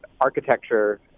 architecture